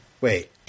Wait